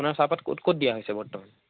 আপোনাৰ চাহপাত ক'ত ক'ত দিয়া হৈছে বৰ্তমান